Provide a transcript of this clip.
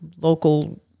local